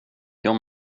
jag